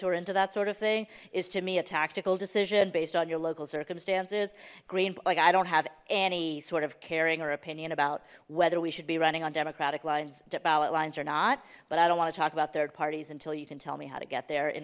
who are into that sort of thing is to me a tactical decision based on your local circumstances green like i don't have any sort of caring or opinion about whether we should be running on democratic lines de palette lines or not but i don't want to talk about third parties until you can tell me how to get there in